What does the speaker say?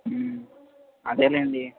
అదేలేండి